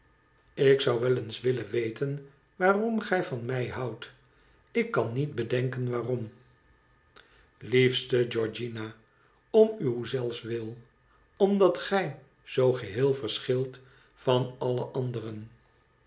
ik zou wel eens willen weten waarom gij van mij houdt ik kan niet bedenken waarom liefste georgiana om uw zelfs wil omdat gij zoo geheel verschilt van alle anderen